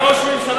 ראש המפלגה שלך.